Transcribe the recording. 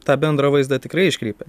tą bendrą vaizdą tikrai iškreipia